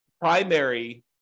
primary